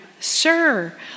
Sir